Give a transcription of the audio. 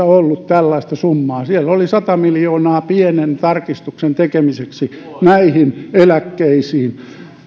ollut tällaista summaa siellä oli sata miljoonaa pienen tarkistuksen tekemiseksi näihin eläkkeisiin